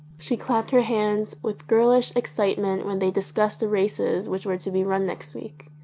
she clapped her hands with girlish excitement when they discussed the races which were to be run next week.